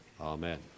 Amen